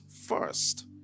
first